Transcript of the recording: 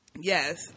Yes